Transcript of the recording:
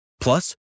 Plus